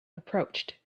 approached